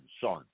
son